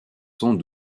sans